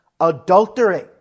adultery